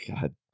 God